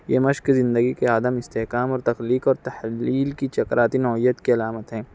یہ مشق زندگی کے عدم استحکام اور تخلیق اور تحلیل کی چکراتی نوعیت کی علامت ہیں